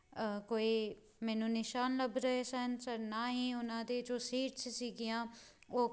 ਕੋਈ ਮੈਨੂੰ ਨਿਸ਼ਾਨ ਲੱਭ ਰਹੇ ਸਨ ਸਰ ਨਾ ਹੀ ਉਹਨਾਂ ਦੇ ਜੋ ਸੀਟਸ ਸੀਗੀਆਂ ਉਹ